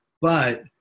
but-